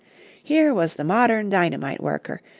here was the modern dynamite-worker,